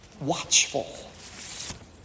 watchful